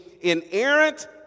inerrant